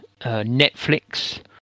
Netflix